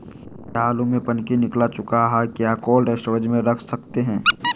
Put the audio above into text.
क्या आलु में पनकी निकला चुका हा क्या कोल्ड स्टोरेज में रख सकते हैं?